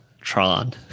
Tron